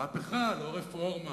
מהפכה, לא רפורמה